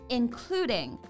including